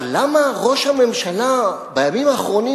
אבל למה ראש הממשלה בימים האחרונים